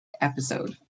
episode